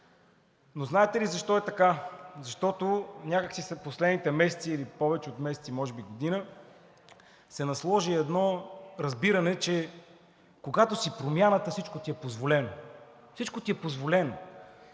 Но знаете ли защо е така? Защото някак си след последните месеци или повече от месеци, може би година, се насложи едно разбиране, че когато си Промяната, всичко ти е позволено. Всичко ти е позволено!